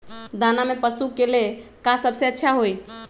दाना में पशु के ले का सबसे अच्छा होई?